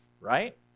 right